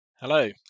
Hello